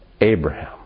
Abraham